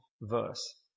verse